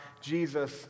Jesus